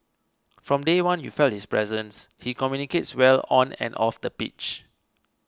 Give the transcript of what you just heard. from day one you felt his presence he communicates well on and off the pitch